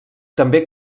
també